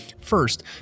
First